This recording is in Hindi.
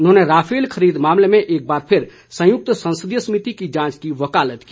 उन्होंने राफेल खरीद मामले में एक बार फिर संयुक्त संसदीय समिति की जांच की वकालत की